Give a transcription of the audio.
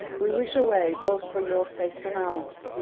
we wish away, both for your sakes and ours,